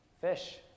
Fish